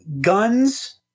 guns